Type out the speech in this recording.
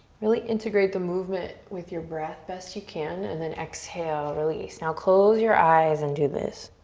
really integrate the movement with your breath best you can and then exhale, release. now close your eyes and do this.